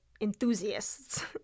enthusiasts